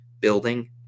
building